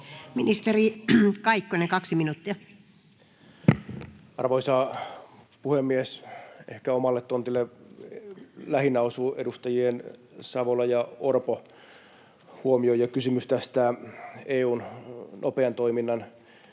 Ministeri Kaikkonen, 2 minuuttia. Arvoisa puhemies! Ehkä omalle tontilleni osuu lähinnä edustajien Savola ja Orpo huomio ja kysymys EU:n nopean toiminnan kyvystä